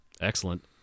Excellent